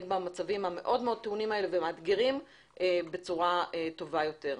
במצבים המאוד מאוד טעונים ומאתגרים כאלה בצורה טובה יותר.